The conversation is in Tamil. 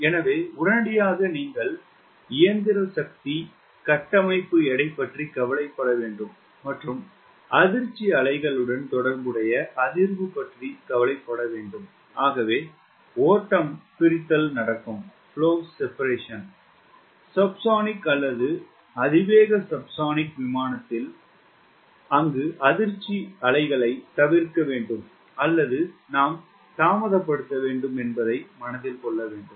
எனவே உடனடியாக நீங்கள் இயந்திரம் சக்தி கட்டமைப்பு எடை பற்றி கவலைப்பட வேண்டும் மற்றும் அதிர்ச்சி அலைகளுடன் தொடர்புடைய அதிர்வு பற்றி கவலைப்பட வேண்டும் ஆகவே ஓட்டம் பிரித்தல் நடக்கும் சப்ஸோனிக் அல்லது அதிக வேக சப்ஸோனிக் விமானத்தில் அங்கு அதிர்ச்சி அலைகளை தவிர்க்க வேண்டும் அல்லது தாமதப் படுத்த வேண்டும் என்பதை மனதில் கொள்ள வேண்டும்